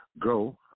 go